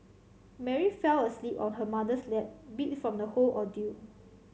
Mary fell asleep on her mother's lap beat from the whole ordeal